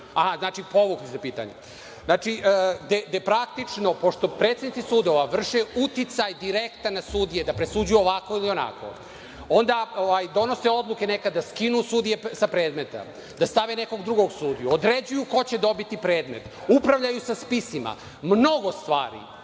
Znači, povukli ste pitanje. Pošto predsednici sudova vrše uticaj direktan na sudije da presuđuju ovako ili onako, onda donose odluke da skinu sudije sa predmeta, da stave nekog drugog sudiju, određuju ko će dobiti predmet, upravljaju sa spisima, mnogo stvari